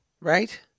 right